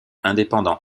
indépendant